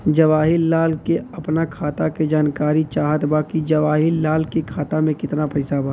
जवाहिर लाल के अपना खाता का जानकारी चाहत बा की जवाहिर लाल के खाता में कितना पैसा बा?